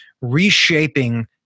reshaping